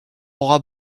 aura